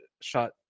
shot